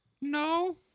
No